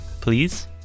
please